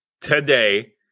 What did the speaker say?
today